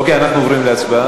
אוקיי, אנחנו עוברים להצבעה.